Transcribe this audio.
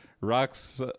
rocks